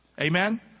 Amen